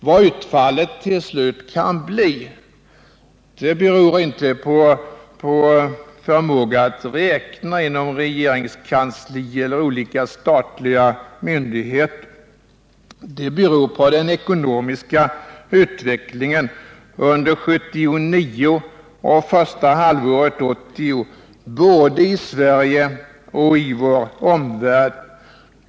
Vad utfallet till slut kan bli beror inte på förmågan att räkna inom regeringskansli eller olika statliga myndigheter, det beror på den ekonomiska utvecklingen under år 1979 och det första halvåret 1980, både i Sverige och i vår omvärld.